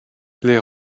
les